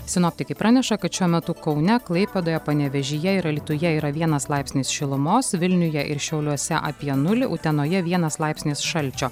sinoptikai praneša kad šiuo metu kaune klaipėdoje panevėžyje ir alytuje yra vienas laipsnis šilumos vilniuje ir šiauliuose apie nulį utenoje vienas laipsnis šalčio